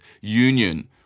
union